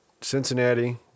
Cincinnati